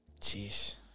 Jeez